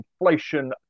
inflation